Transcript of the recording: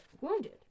wounded